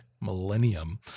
millennium